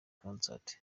concert